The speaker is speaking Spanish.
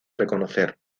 reconocer